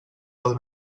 del